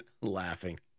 Laughing